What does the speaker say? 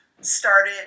started